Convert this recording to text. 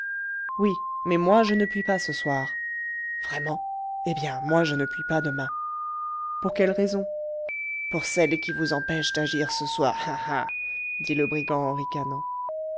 oui mais moi je ne puis pas ce soir vraiment eh bien moi je ne puis pas demain pour quelle raison pour celle qui vous empêche d'agir ce soir dit le brigand en